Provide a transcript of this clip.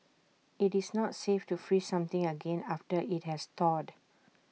IT is not safe to freeze something again after IT has thawed